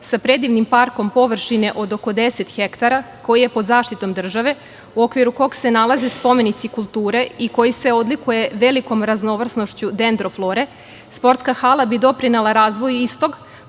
sa predivnim parkom površine od oko 10 hektara, koji je pod zaštitom države, u okviru kog se nalaze spomenici kulture i koji se odlikuje velikom raznovrsnošću dendro flore, sportska hala bi doprinela razvoju istog,